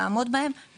אנחנו משתתפים בצערך.